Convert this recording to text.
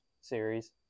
series